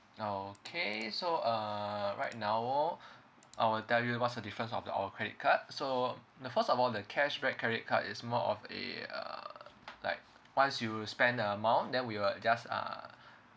okay so uh right now I will tell you what's the difference of the our credit card so the first of all the cashback credit card is more of a uh like once you spend the amount then we will just uh